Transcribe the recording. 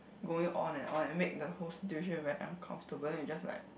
going on and on and make the whole situation very uncomfortable then you just like